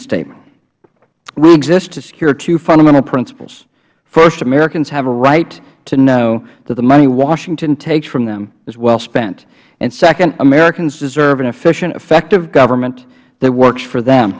statement we exist to secure two fundamental principles first americans have a right to know that the money washington takes from them is well spent and second americans deserve an efficient effective government that works for them